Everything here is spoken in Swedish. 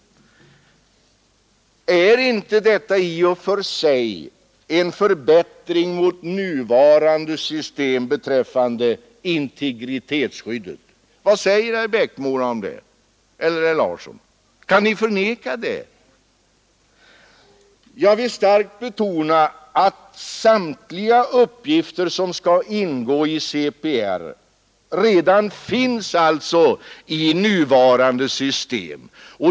Är det inte detta i och för sig en förbättring i förhållande till nuvarande system beträffande integritetsskyddet? Vad säger herr Eriksson i Bäckmora och herr Larsson i Umeå om det? Kan ni förneka det? Jag vill starkt betona att samtliga uppgifter som skall ingå i CPR redan finns i nuvarande system.